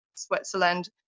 Switzerland